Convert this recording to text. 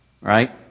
right